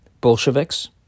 Bolsheviks